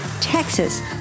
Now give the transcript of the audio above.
Texas